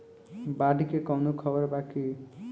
बाढ़ के कवनों खबर बा की?